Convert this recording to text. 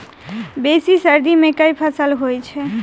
बेसी सर्दी मे केँ फसल होइ छै?